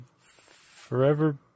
forever